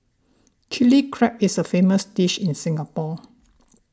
Chilli Crab is a famous dish in Singapore